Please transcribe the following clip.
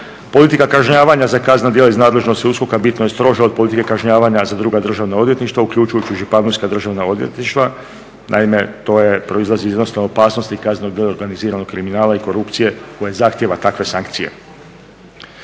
Politika kažnjavanja za kaznena djela iz nadležnosti USKOK-a bitno je stroža od politike kažnjavanja za druga državna odvjetništva uključujući i županijska državna odvjetništva, naime to proizlazi iz jednostavne opasnost kaznenog djela organiziranog kriminala i korupcije koje zahtjeva takve sankcije.